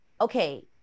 okay